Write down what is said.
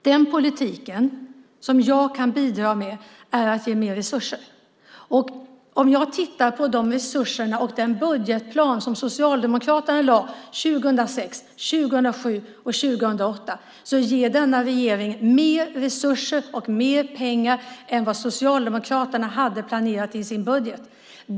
Den politik jag kan bidra med är att ge mer resurser, och när jag tittar på de resurser och den budgetplan som Socialdemokraterna lade fram 2006, 2007 och 2008 ser jag att denna regering ger mer resurser och mer pengar än vad Socialdemokraterna hade planerat i sin budget.